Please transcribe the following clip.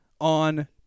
on